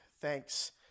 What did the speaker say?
thanks